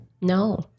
no